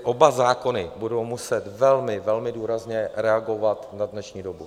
Oba zákony budou muset velmi, velmi důrazně reagovat na dnešní dobu.